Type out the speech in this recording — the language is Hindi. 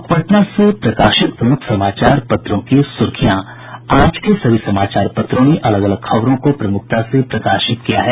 अब पटना से प्रकाशित प्रमुख समाचार पत्रों की सुर्खियां आज के सभी समाचार पत्रों ने अलग अलग खबरों को प्रमुखता से प्रकाशित किया है